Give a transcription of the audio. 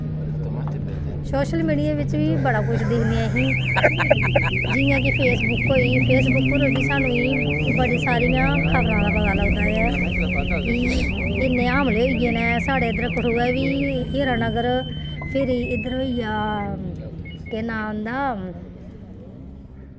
social media बिच्च बी बड़ा कुछ दिक्खने असीं जियां कि फेसबुक होई फेसबुक पर बी सानूं बड़ी सारियां खबरां दा पता लगदा ऐ कि इन्ने हमले होई गे न साढ़े इद्धर कठुऐ बी हीरानगर फिर इद्धर होई गेआ केह् नांऽ उं'दा